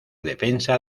defensa